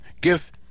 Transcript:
Give